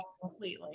completely